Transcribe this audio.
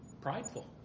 prideful